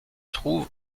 trouve